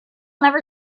never